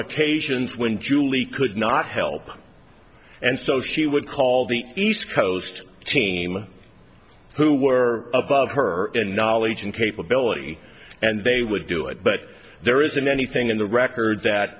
occasions when julie could not help and so she would call the east coast team who were above her knowledge and capability and they would do it but there isn't anything in the record that